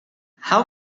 how